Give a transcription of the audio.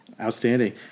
Outstanding